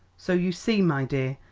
so you see, my dear,